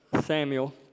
Samuel